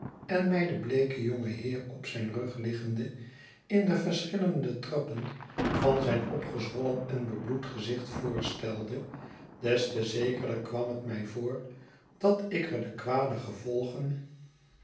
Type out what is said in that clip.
en mij den bleeken jongen heer op zijn rug liggende in de verschillende trappen van zijn opgezwollen en bebloed gezicht voorstelde des te zekerder kwam het mij voor dat ik er de kwade gevolgen